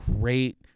great